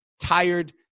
tired